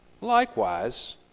likewise